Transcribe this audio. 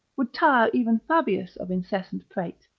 would tire even fabius of incessant prate.